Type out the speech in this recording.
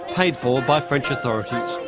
paid for by french authorities.